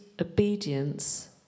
obedience